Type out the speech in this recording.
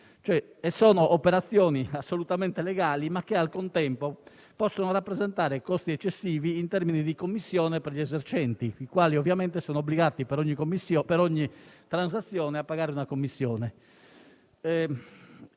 Sono operazioni assolutamente legali, ma che al contempo possono rappresentare costi eccessivi in termini di commissione per gli esercenti, i quali ovviamente sono obbligati, per ogni transazione, a pagare una commissione.